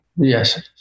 Yes